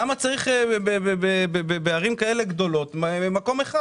למה צריך בערים כאלה גדולות מקום אחד?